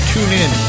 TuneIn